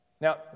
Now